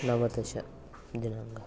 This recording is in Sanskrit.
नवदश दिनाङ्कः